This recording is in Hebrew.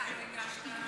למה אתה לא הגשת?